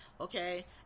Okay